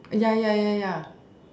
ya ya ya ya